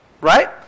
right